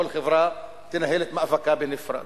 וכל חברה תנהל את מאבקה בנפרד.